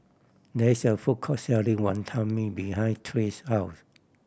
there is a food court selling Wantan Mee behind Trace house